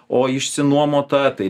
o išsinuomota tai